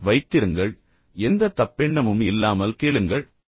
மனதைத் திறந்து வைத்திருங்கள் எந்த தப்பெண்ணமும் இல்லாமல் கேளுங்கள்